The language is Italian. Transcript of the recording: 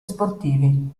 sportivi